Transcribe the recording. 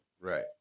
Right